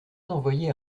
envoyer